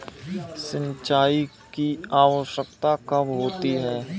सिंचाई की आवश्यकता कब होती है?